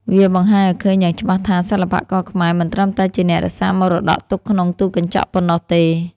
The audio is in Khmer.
វាបង្ហាញឱ្យឃើញយ៉ាងច្បាស់ថា សិល្បករខ្មែរមិនត្រឹមតែជាអ្នករក្សាមរតកទុកក្នុងទូកញ្ចក់ប៉ុណ្ណោះទេ។